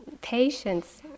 patience